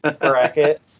bracket